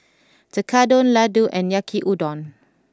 Tekkadon Ladoo and Yaki Udon